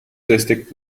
destek